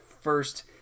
first